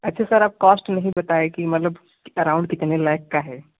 अच्छा सर आप कॉस्ट नहीं बताए कि मतलब अराउंड कितने लैक का है